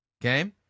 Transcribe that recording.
okay